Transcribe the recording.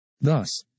Thus